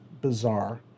bizarre